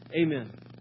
amen